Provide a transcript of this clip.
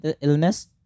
illness